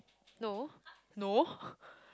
no no